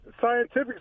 scientific